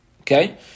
Okay